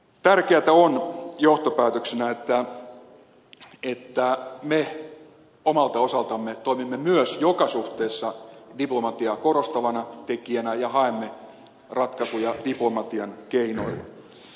tärkeätä on johtopäätöksenä että me omalta osaltamme toimimme myös joka suhteessa diplomatiaa korostavana tekijänä ja haemme ratkaisuja diplomatian keinoilla